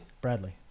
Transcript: Bradley